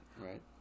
Right